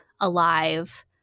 alive